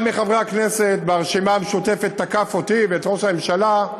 אחד מחברי הכנסת מהרשימה המשותפת תקף אותי ואת ראש הממשלה: